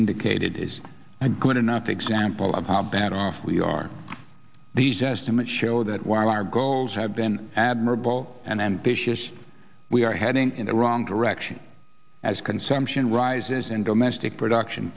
indicated is a good enough example of how bad off we are these estimates show that while our goals have been admirable and ambitious we are heading in the wrong direction as consumption rises and domestic production